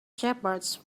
shepherds